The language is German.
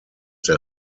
der